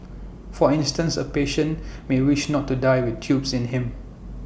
for instance A patient may wish not to die with tubes in him